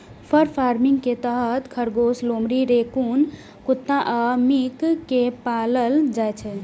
फर farming के तहत खरगोश, लोमड़ी, रैकून कुत्ता आ मिंक कें पालल जाइ छै